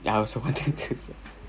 ya I also wanted to say